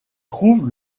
trouve